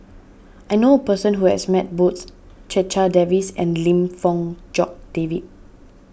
I know a person who has met both Checha Davies and Lim Fong Jock David